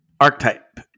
archetype